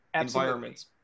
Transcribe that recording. environments